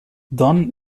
dunn